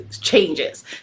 changes